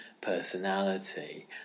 personality